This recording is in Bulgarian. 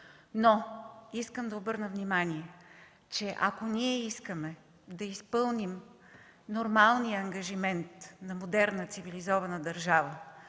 Но искам да обърна внимание, че ако ние искаме да изпълним нормалния ангажимент на модерна, цивилизована държава